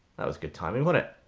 that was good timing, weren't it?